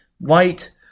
white